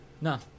No